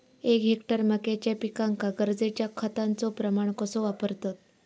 एक हेक्टर मक्याच्या पिकांका गरजेच्या खतांचो प्रमाण कसो वापरतत?